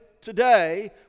today